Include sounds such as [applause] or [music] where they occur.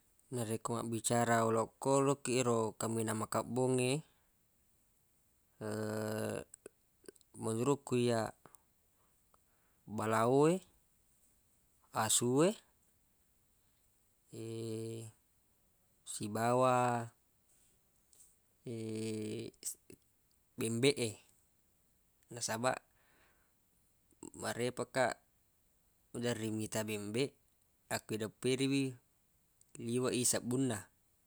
Narekko mabbicara olokoloq kiq yero kaminang makebbongnge [hesitation] menurukku iyyaq balao we asu e [hesitation] sibawa [hesitation] bembeq e nasabaq marepeq kaq maderri mita bembeq akko ideppiri wi liweq i sebbunna